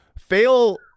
fail